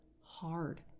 hard